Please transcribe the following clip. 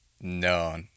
No